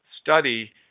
study